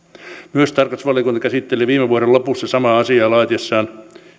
tarkastusvaliokunta käsitteli viime vuoden lopussa samaa asiaa laatiessaan